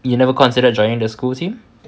you never considered joining the school team